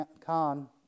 Khan